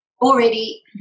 already